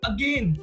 Again